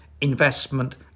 investment